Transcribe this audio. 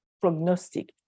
prognostic